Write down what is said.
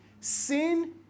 sin